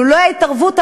לולא ההתערבות,